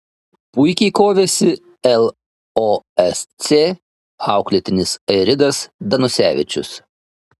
puikiai kovėsi losc auklėtinis airidas danusevičius